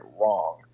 wrong